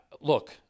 Look